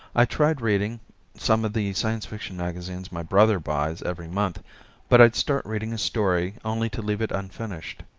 i tried reading some of the science fiction magazines my brother buys every month but i'd start reading a story only to leave it unfinished.